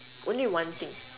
only one thing